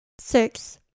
Six